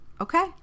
okay